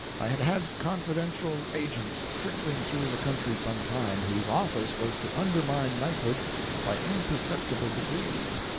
i had had confidential agents trickling through the country some time, whose office was to undermine knighthood by imperceptible degrees,